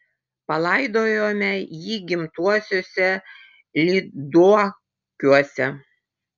palaidojome jį gimtuosiuose lyduokiuose